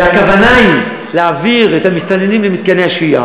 והכוונה היא להעביר את המסתננים למתקני השהייה,